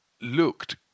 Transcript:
looked